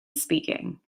speaking